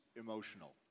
emotional